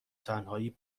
تنهایی